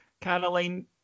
Caroline